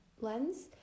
lens